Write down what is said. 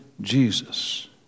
Jesus